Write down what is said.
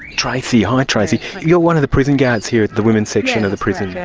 tracy, hi tracy. you're one of the prison guards here at the women's section of the prison. yeah